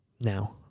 now